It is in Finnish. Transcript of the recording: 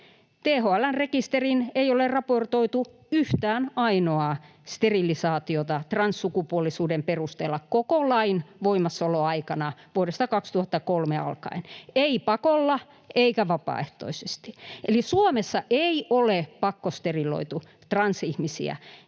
THL:n rekisteriin ei ole raportoitu yhtään ainoaa sterilisaatiota transsukupuolisuuden perusteella koko lain voimassaoloaikana vuodesta 2003 alkaen, ei pakolla eikä vapaaehtoisesti. Eli Suomessa ei ole pakkosteriloitu transihmisiä